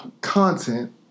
content